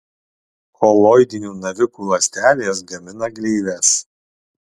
koloidinių navikų ląstelės gamina gleives